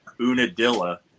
Unadilla